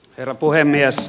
herra puhemies